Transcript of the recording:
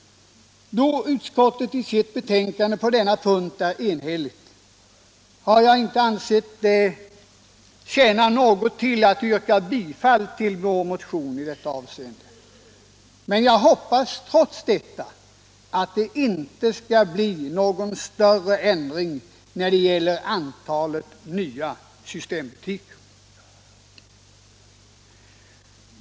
Då utskottet är enhälligt på denna punkt har jag inte ansett det tjäna något syfte att yrka bifall till vår motion, men trots detta hoppas jag att det inte skall bli någon större ändring av antalet nya systembutiker.